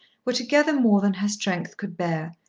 were together more than her strength could bear,